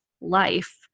life